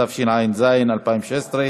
התשע"ז 2016,